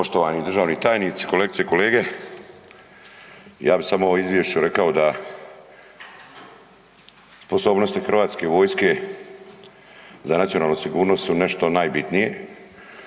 Poštovani državni tajniče, kolegice i kolege. Ja bih samo o ovom Izvješću rekao da sposobnosti Hrvatske vojske za nacionalnu sigurnost su nešto najbitnije